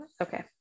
Okay